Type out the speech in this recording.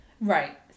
Right